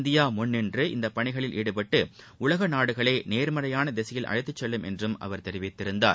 India முன்னின்று இப்பணிகளில் ஈடுபட்டு உலக நாடுகளை நேர்மறையான திசையில் அழைத்துச் செல்லும் என்று அவர் தெரிவித்திருந்தார்